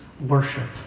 worship